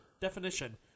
Definition